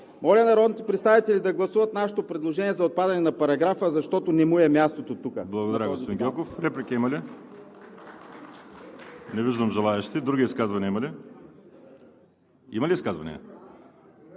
Моля народните представители да гласуват нашето предложение за отпадане на параграфа, защото не му е мястото тук.